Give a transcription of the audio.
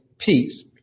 Peace